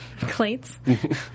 clates